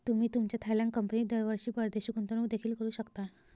तुम्ही तुमच्या थायलंड कंपनीत दरवर्षी परदेशी गुंतवणूक देखील करू शकता